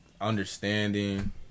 understanding